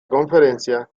conferencia